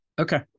Okay